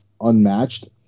unmatched